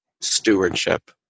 stewardship